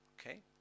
okay